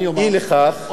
אי לכך,